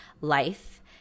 life